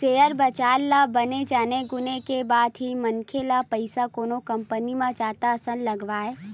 share बजार ल बने जाने गुने के बाद ही मनखे ल पइसा कोनो कंपनी म जादा असन लगवाय